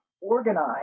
organize